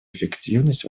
эффективность